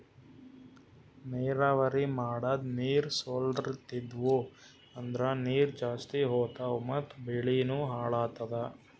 ನೀರಾವರಿ ಮಾಡದ್ ನೀರ್ ಸೊರ್ಲತಿದ್ವು ಅಂದ್ರ ನೀರ್ ಜಾಸ್ತಿ ಹೋತಾವ್ ಮತ್ ಬೆಳಿನೂ ಹಾಳಾತದ